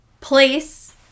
place